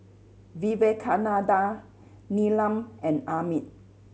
Vivekananda Neelam and Amit